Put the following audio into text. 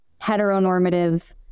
heteronormative